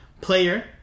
player